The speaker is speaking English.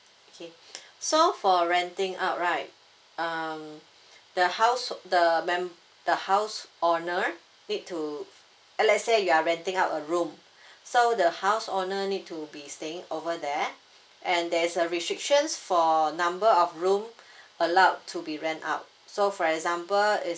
okay so for renting out right um the house so the mem the house owner need to uh let's say you're renting out a room so the house owner need to be staying over there and there is a restrictions for number of room allowed to be rent out so for example is